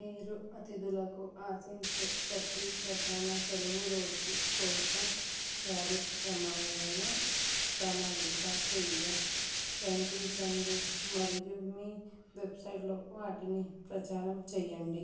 మీరు అతిథులకు ఆశించే ప్రతి ప్రధాన సెలవురోజు కోసం కార్యక్రమాలను ప్రణాళిక చెయ్య ప్రయత్నించండి మరియు మీ వెబ్సైట్లో వాటిని ప్రచారం చెయ్యండి